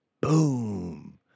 Boom